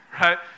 right